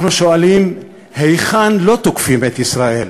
אנחנו שואלים, היכן לא תוקפים את ישראל?